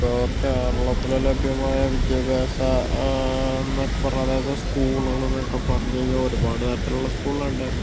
ഇപ്പോൾ കേരളത്തില് ലഭ്യമായ വിദ്യാഭ്യാസ എന്നൊക്കെ പറഞ്ഞാൽ അതായത് സ്കൂളുകള് ന്നൊക്കെ പറഞ്ഞു കഴിഞ്ഞാൽ ഒരുപാട് തരത്തിലുള്ള സ്കൂളുകള്ണ്ട്